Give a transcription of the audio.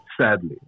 sadly